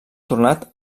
tornat